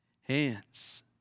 hands